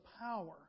power